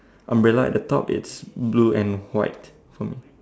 umbrella at the top it's blue and white for me